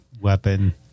weapon